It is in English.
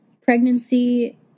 pregnancy